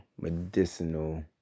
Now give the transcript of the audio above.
medicinal